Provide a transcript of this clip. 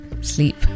sleep